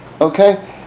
Okay